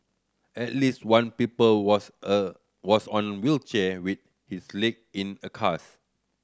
at least one people was a was on wheelchair with his leg in a cast